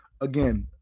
again